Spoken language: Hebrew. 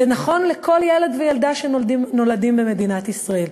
זה נכון לכל ילד וילדה שנולדים במדינת ישראל.